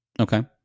Okay